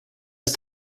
ist